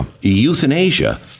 euthanasia